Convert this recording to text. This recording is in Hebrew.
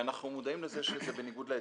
ואנחנו מודעים לכך שזה בניגוד להיתר.